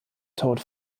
tod